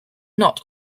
not